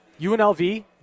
UNLV